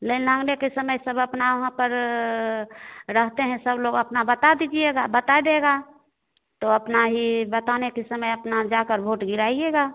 line लगने के समय सब अपना वहाँ पर रहते हैं सब लोग अपना बता दीजिएगा बता देगा तो अपना ही बताने के समय अपना जाकर वोट गिराइएगा